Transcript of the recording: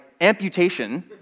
amputation